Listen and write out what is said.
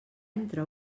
entre